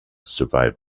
survive